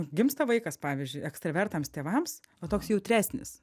gimsta vaikas pavyzdžiui ekstravertams tėvams toks jautresnis